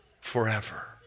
forever